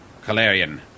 Calarian